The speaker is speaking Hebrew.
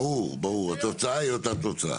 ברור, התוצאה היא אותה תוצאה.